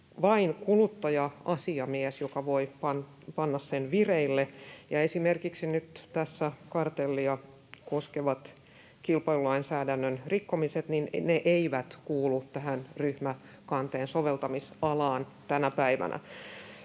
vain kuluttaja-asiamies, joka voi panna sen vireille, ja esimerkiksi nyt tässä kartellia koskevat kilpailulainsäädännön rikkomiset eivät kuulu tähän ryhmäkanteen soveltamisalaan tänä päivänä.